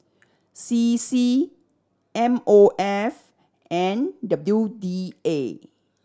C C M O F and W D A